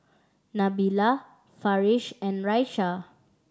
Nabila Farish and Raisya